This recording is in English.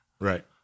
Right